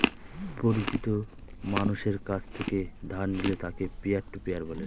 পরিচিত মানষের কাছ থেকে ধার নিলে তাকে পিয়ার টু পিয়ার বলে